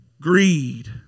Greed